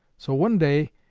so one day,